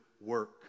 work